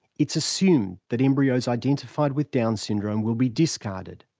it's assumed that embryos identified with down syndrome will be discarded.